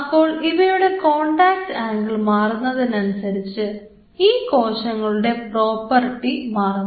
അപ്പോൾ ഇവയുടെ contact angle മാറുന്നതിനനുസരിച്ച് ഈ കോശങ്ങളുടെ പ്രോപ്പർട്ടി മാറുന്നു